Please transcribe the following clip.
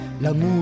l'amour